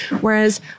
Whereas